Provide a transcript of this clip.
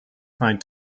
find